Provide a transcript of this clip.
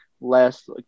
last